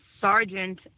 sergeant